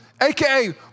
AKA